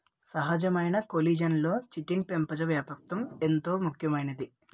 సహజమైన కొల్లిజన్లలో చిటిన్ పెపంచ వ్యాప్తంగా ఎంతో ముఖ్యమైంది